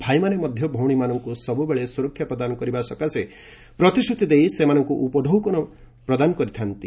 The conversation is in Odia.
ଭାଇମାନେ ମଧ୍ୟ ଭଉଣୀମାନଙ୍କୁ ସବୁବେଳେ ସୁରକ୍ଷା ପ୍ରଦାନ କରିବା ସକାଶେ ପ୍ରତିଶ୍ରତି ଦେଇ ସେମାନଙ୍କୁ ଉପଢ଼ୌକନ ପ୍ରଦାନ କରିଥାନ୍ତି